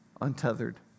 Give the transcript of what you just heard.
untethered